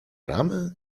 ramę